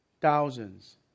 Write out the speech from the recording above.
thousands